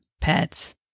pets